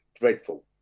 dreadful